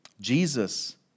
Jesus